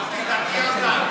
עד עשר דקות לרשותך.